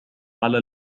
على